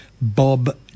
Bob